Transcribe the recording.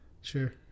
Sure